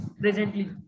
presently